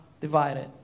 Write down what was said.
divided